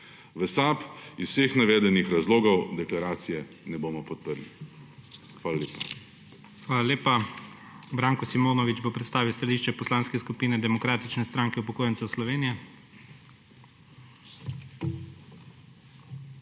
V SAB iz vseh navedenih razlogov deklaracije ne bomo podprli. Hvala lepa. **PREDSEDNIK IGOR ZORČIČ:** Hvala lepa. Branko Simonovič bo predstavil stališče Poslanske skupine Demokratične stranke upokojencev Slovenije.